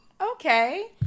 Okay